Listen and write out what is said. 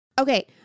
Okay